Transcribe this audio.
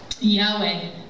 Yahweh